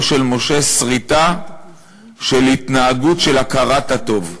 של משה סריטה של התנהגות של הכרת הטוב.